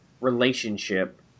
relationship